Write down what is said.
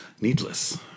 needless